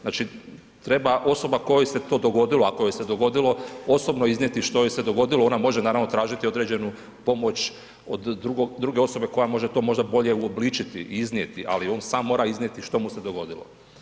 Znači, treba osoba kojoj se to dogodilo, a kojoj se dogodilo, osobno iznijeti što joj se dogodilo, ona može naravno tražiti određenu pomoć od druge osobe, koja može to bolje izobličiti, iznijeti, ali on sam mora iznijeti što mu se dogodilo.